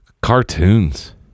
cartoons